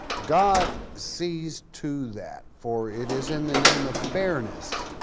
god sees to that for it is in the name of fairness